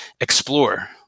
explore